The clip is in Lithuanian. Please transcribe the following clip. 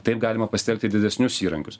taip galima pasitelkti didesnius įrankius